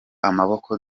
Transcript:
amaboko